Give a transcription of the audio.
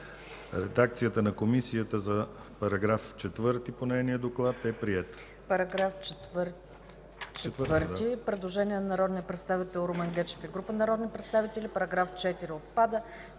Редакцията на Комисията за § 4 по нейния доклад е приета.